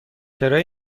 کرایه